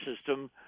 system